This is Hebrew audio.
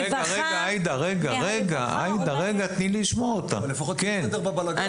לפחות יהיה סדר בבלגאן.